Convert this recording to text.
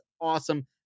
awesome